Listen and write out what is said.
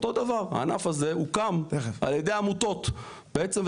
אותו דבר, הענף הזה הוקם על ידי עמותות בעצם.